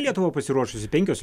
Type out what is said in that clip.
lietuva pasiruošusi penkios